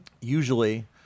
Usually